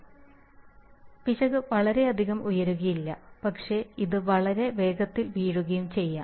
അതിനാൽ പിശക് വളരെയധികം ഉയരുകയില്ല പക്ഷേ ഇത് വളരെ വേഗത്തിൽ വീഴുകയും ചെയ്യാം